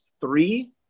three